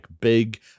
big